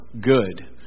good